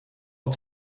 het